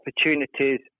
opportunities